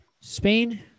Spain